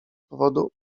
powodu